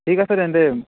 ঠিক আছে তেন্তে